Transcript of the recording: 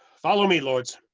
follow me lords,